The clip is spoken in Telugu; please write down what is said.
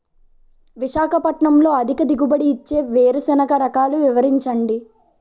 విశాఖపట్నంలో అధిక దిగుబడి ఇచ్చే వేరుసెనగ రకాలు వివరించండి?